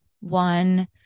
one